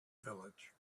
village